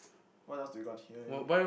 what else do you got